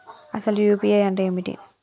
అసలు యూ.పీ.ఐ అంటే ఏమిటి?